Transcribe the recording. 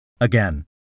again